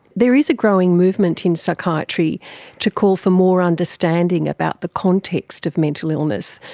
there is a growing movement in psychiatry to call for more understanding about the context of mental illness,